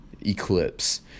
eclipse